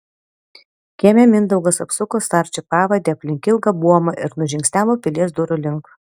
kieme mindaugas apsuko sarčio pavadį aplink ilgą buomą ir nužingsniavo pilies durų link